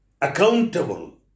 accountable